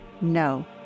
No